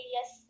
Yes